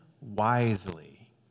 wisely